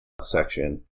section